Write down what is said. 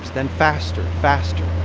then faster, faster